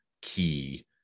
key